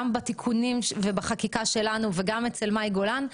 גם בתיקונים ובחקיקה שלנו וגם אצל מאי גולן.